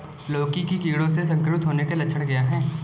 लौकी के कीड़ों से संक्रमित होने के लक्षण क्या हैं?